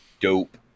dope